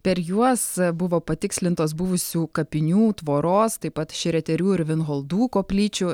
per juos buvo patikslintos buvusių kapinių tvoros taip pat šreterių ir vinholdų koplyčių